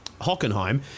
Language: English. hockenheim